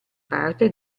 parte